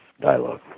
dialogue